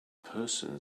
person